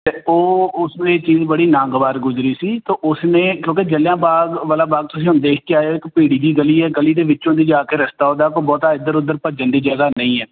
ਅਤੇ ਉਹ ਉਸ ਵੇਲੇ ਚੀਜ਼ ਬੜੀ ਨਾਗਵਾਰ ਗੁਜਰੀ ਸੀ ਅਤੇ ਉਸਨੇ ਕਿਉਂਕਿ ਜਲਿਆਂ ਬਾਗ਼ ਵਾਲਾ ਬਾਗ਼ ਤੁਸੀਂ ਹੁਣ ਦੇਖ ਕੇ ਆਏ ਹੋ ਇੱਕ ਭੀੜੀ ਜਿਹੀ ਗਲੀ ਹੈ ਗਲੀ ਦੇ ਵਿੱਚੋਂ ਦੀ ਜਾ ਕੇ ਰਸਤਾ ਉਹਦਾ ਬਹੁਤਾ ਇੱਧਰ ਉੱਧਰ ਭੱਜਣ ਦੀ ਜਗਾ